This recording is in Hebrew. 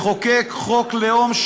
לחוקק חוק לאום,